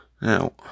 Now